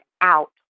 out